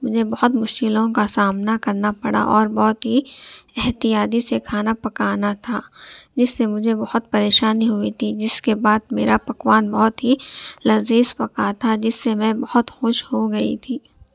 مجھے بہت مشکلوں کا سامنا کرنا پڑا اور بہت ہی احتیاطی سے کھانا پکانا تھا جس سے مجھے بہت پریشانی ہوئی تھی جس کے بعد میرا پکوان بہت ہی لذیذ پکا تھا جس سے میں بہت خوش ہو گئی تھی